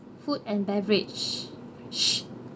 food and beverage